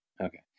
Okay